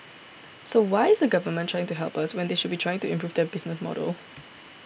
so why is the Government trying to help when they should be trying to improve their business model